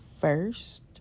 First